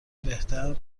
بهتر